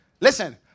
Listen